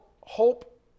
hope